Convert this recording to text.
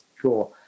Sure